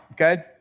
okay